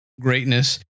greatness